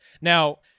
Now